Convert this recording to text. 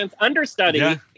understudy